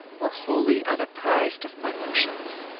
were wholly unapprized of my motions.